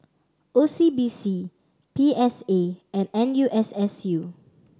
O C B C P S A and N U S S U